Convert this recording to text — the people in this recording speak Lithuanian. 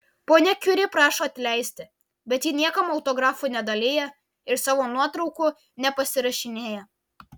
ponia kiuri prašo atleisti bet ji niekam autografų nedalija ir savo nuotraukų nepasirašinėja